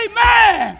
Amen